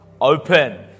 open